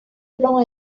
plan